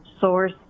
source